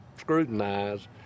scrutinized